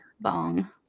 bong